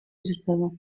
იზრდება